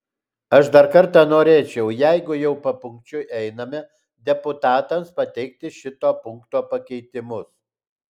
aš dar kartą norėčiau jeigu jau papunkčiui einame deputatams pateikti šito punkto pakeitimus